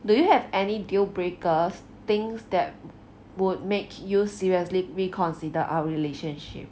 do you have any deal breakers things that would make you seriously reconsider our relationship